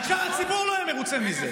רק שהציבור לא יהיה מרוצה מזה.